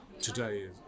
today